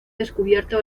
descubierta